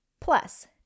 Plus